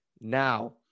now